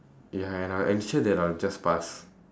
ya and I'll ensure that I'll just pass